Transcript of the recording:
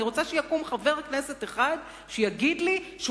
אני רוצה שיקום חבר כנסת אחד שיגיד לי שהוא